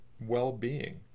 well-being